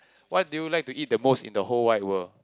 what do you like to eat the most in the whole wide world